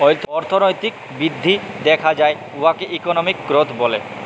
অথ্থলৈতিক বিধ্ধি দ্যাখা যায় উয়াকে ইকলমিক গ্রথ ব্যলে